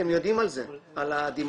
אתם יודעים על זה, על דימונה.